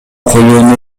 коюуну